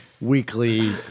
weekly